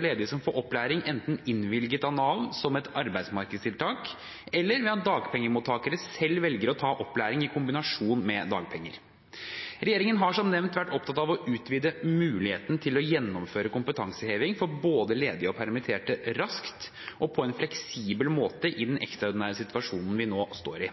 ledige som får opplæring enten innvilget av Nav som et arbeidsmarkedstiltak, eller ved at dagpengemottakere selv velger å ta opplæring i kombinasjon med dagpenger. Regjeringen har som nevnt vært opptatt av å utvide muligheten til å gjennomføre kompetanseheving for både ledige og permitterte raskt og på en fleksibel måte i den ekstraordinære situasjonen vi nå står i.